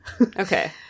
Okay